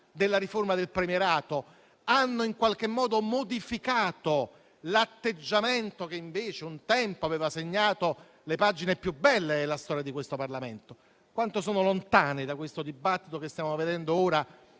della riforma del premierato, hanno modificato l'atteggiamento che invece un tempo aveva segnato le pagine più belle della storia di questo Parlamento. Quanto sono lontane da questo dibattito che stiamo vedendo ora